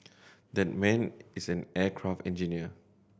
that man is an aircraft engineer